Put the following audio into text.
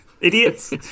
idiots